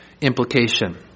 implication